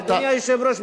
אדוני היושב-ראש,